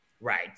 right